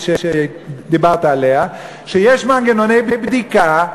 יש מנגנוני בדיקה,